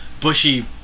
bushy